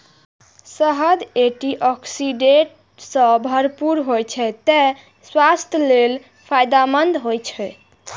शहद antioxidant सं भरपूर होइ छै, तें स्वास्थ्य लेल फायदेमंद होइ छै